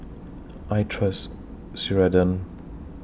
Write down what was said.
I Trust Ceradan